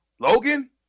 Logan